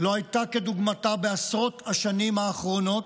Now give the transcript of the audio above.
לא הייתה כדוגמתה בעשרות השנים האחרונות.